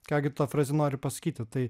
ką gi ta fraze nori pasakyti tai